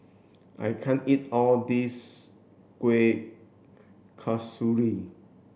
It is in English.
I can't eat all this Kueh Kasturi